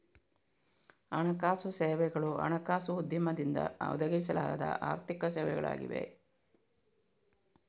ಹಣಕಾಸು ಸೇವೆಗಳು ಹಣಕಾಸು ಉದ್ಯಮದಿಂದ ಒದಗಿಸಲಾದ ಆರ್ಥಿಕ ಸೇವೆಗಳಾಗಿವೆ